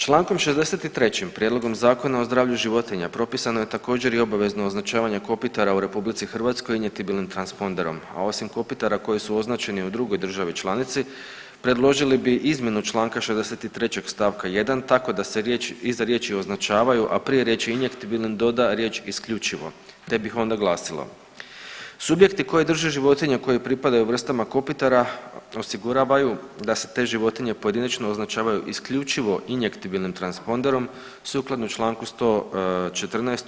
Čl. 63. prijedlogom Zakona o zdravlju životinja propisano je također i obvezno označavanje kopitara u RH injektibilnim transponderom, a osim kopitara koji su označeni u drugoj državi članici predložili bi izmjenu čl. 63. st. 1. tako da se riječ, iza riječi „označavaju“, a prije riječi „injektibilnim“ doda riječ „isključivo“, te bih onda glasilo, subjekti koje drže životinje koje pripadaju vrstama kopitara osiguravaju da se te životinje pojedinačno označavaju isključivo injektibilnim transponderom sukladno čl. 114.